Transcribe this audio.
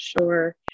sure